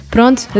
Pronto